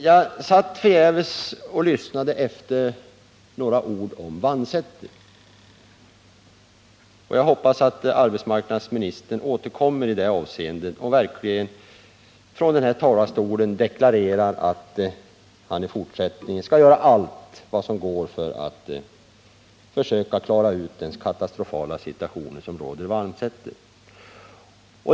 Jag lyssnade förgäves efter några ord om Vansäter, jag hoppas att arbetsmarknadsministern återkommer i detta avseende och verkligen härifrån talarstolen deklarerar gtt han i fortsättningen skall göra allt vad som går för att försöka klara ut den katastrofäla situationen i Vansäter.